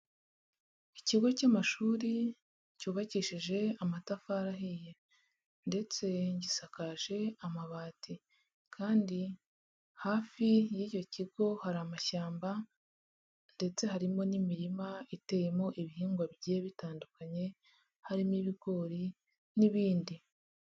Ikigo cy'amashuri cyubakishije amatafari ahiye ndetse gisakaje amabati kandi hafi y'icyo kigo hari amashyamba ndetse harimo n'imirima iteyemo ibihingwa bigiye bitandukanye, harimo ibigori n'ibindi.